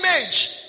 image